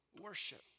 worship